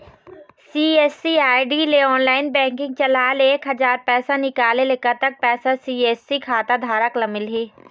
CSC ID ले online banking चलाए ले एक हजार पैसा निकाले ले कतक पैसा सी.एस.सी खाता धारक ला मिलही?